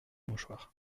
mouchoirs